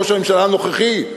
ראש הממשלה הנוכחי,